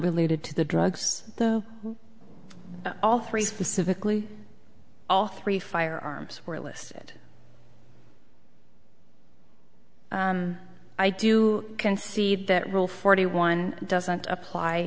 related to the drugs though all three physically all three firearms were listed i do concede that rule forty one doesn't apply